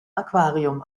aquarium